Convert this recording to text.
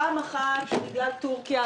פעם אחת, בגלל טורקיה.